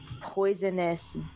poisonous